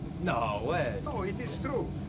no way. no, it is true.